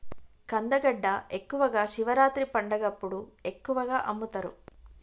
కందగడ్డ ఎక్కువగా శివరాత్రి పండగప్పుడు ఎక్కువగా అమ్ముతరు